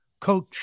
coach